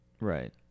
right